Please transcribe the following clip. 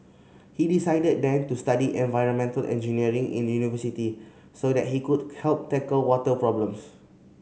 he decided then to study environmental engineering in university so that he could help tackle water problems